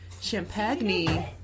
champagne